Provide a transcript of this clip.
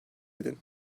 edin